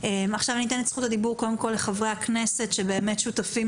אני אתן את זכות הדיבור לחברי הכנסת השותפים